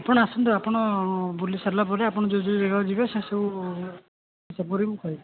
ଆପଣ ଆସନ୍ତୁ ଆପଣ ବୁଲି ସାରିଲା ପରେ ଆପଣ ଯେଉଁ ଯେଉଁ ଯାଗାକୁ ଯିବେ ସେସବୁ ହିସାବ କରିକି ମୁଁ କହିବି